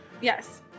Yes